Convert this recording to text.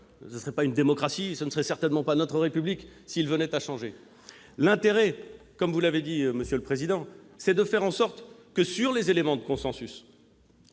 Ce ne serait pas une démocratie, ce ne serait certainement pas notre République s'il venait à changer. Il serait intéressant- vous l'avez dit, monsieur le président Requier -de faire en sorte que, sur les éléments de consensus,